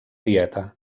dieta